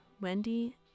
Wendy